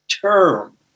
term